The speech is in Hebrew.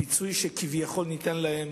הפיצוי שכביכול ניתן להם,